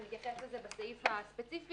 ונתייחס לזה בסעיף הספציפי.